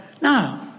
No